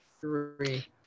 three